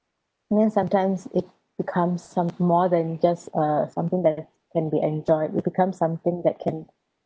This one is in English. and then sometimes it becomes some more than just uh something that can be enjoyed it becomes something that can